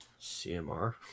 CMR